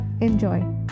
Enjoy